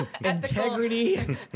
integrity